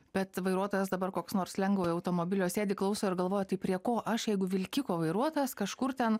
bet vairuotojas dabar koks nors lengvojo automobilio sėdi klauso ir galvoja tai prie ko aš jeigu vilkiko vairuotojas kažkur ten